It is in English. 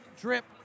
drip